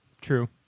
True